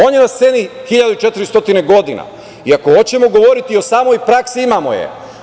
On je na sceni 1.400 godina i ako ćemo govoriti o samoj praksi, imamo je.